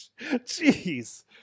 Jeez